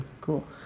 Cool